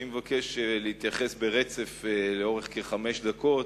אני מבקש להתייחס ברצף לאורך כחמש דקות